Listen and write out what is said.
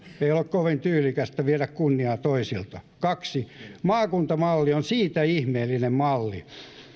ei ole kovin tyylikästä viedä kunniaa toisilta kaksi maakuntamalli on siitä ihmeellinen malli